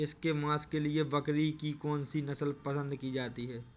इसके मांस के लिए बकरी की कौन सी नस्ल पसंद की जाती है?